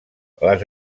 les